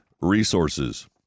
resources